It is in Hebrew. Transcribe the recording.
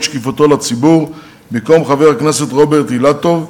שקיפותו לציבור: במקום חבר הכנסת רוברט אילטוב,